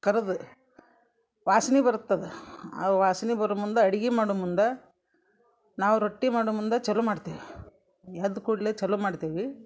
ಕರ್ದು ವಾಸ್ನೆ ಬರುತ್ತೆ ಅದು ಆ ವಾಸ್ನೆ ಬರುವ ಮುಂದೆ ಅಡ್ಗೆ ಮಾಡೋ ಮುಂದೆ ನಾವು ರೊಟ್ಟಿ ಮಾಡೋ ಮುಂದೆ ಚಾಲೂ ಮಾಡ್ತೀವಿ ಎಡ್ಡಾ ಕೂಡಲೇ ಚಾಲೂ ಮಾಡ್ತೀವಿ